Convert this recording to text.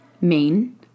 main